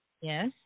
Yes